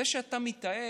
זה שאתה מתאהב,